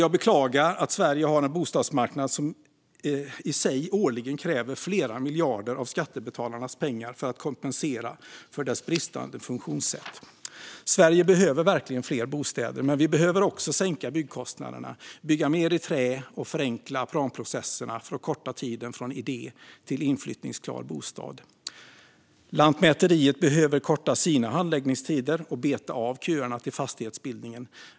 Jag beklagar att Sverige har en bostadsmarknad som i sig årligen kräver flera miljarder av skattebetalarnas pengar för att kompensera för sitt bristande funktionssätt. Sverige behöver verkligen fler bostäder, men vi behöver också sänka byggkostnaderna, bygga mer i trä och förenkla planprocesserna för att korta tiden från idé till inflyttningsklar bostad. Lantmäteriet behöver korta sina handläggningstider och beta av köerna till fastighetsbildningen.